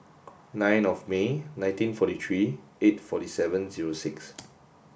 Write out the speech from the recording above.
nine of May nineteen forty three eight forty seven zero six